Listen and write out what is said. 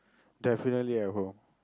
definitely at home